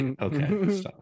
okay